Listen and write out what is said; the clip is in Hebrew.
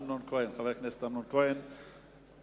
חבר הכנסת אמנון כהן מש"ס.